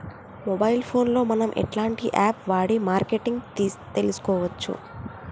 Mobile phone లో మనం ఎలాంటి యాప్ వాడి మార్కెటింగ్ తెలుసుకోవచ్చు?